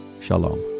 Shalom